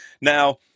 Now